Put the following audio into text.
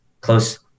close